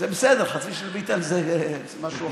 זה בסדר, חצי של ביטן זה משהו אחר.